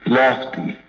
lofty